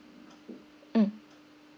mm